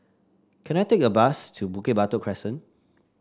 can I take a bus to Bukit Batok Crescent